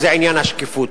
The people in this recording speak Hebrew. זה עניין השקיפות.